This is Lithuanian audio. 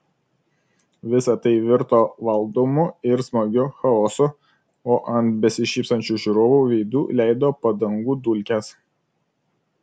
visa tai virto valdomu ir smagiu chaosu o ant besišypsančių žiūrovų veidų leido padangų dulkes